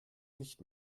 nicht